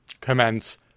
commence